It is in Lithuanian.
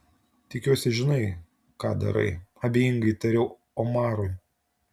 tikiuosi žinai ką darai abejingai tariau omarui